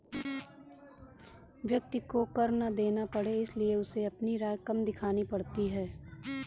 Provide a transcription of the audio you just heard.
व्यक्ति को कर ना देना पड़े इसलिए उसे अपनी आय कम दिखानी पड़ती है